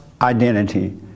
identity